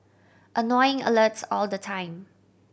annoying alerts all the time